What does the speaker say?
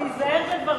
תיזהר בדבריך.